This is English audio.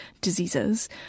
diseases